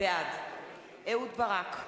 בעד אהוד ברק,